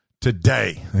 today